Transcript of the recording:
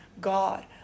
God